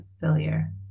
failure